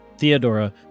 Theodora